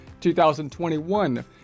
2021